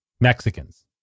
Mexicans